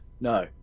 No